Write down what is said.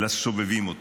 לסובבים אותו,